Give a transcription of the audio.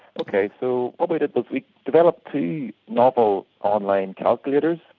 okay, so what we did was we developed two novel online calculators.